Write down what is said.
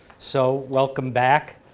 so, welcome back.